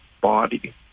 body